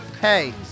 hey